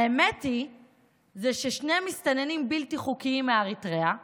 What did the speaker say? האמת היא ששני מסתננים בלתי חוקיים מאריתריאה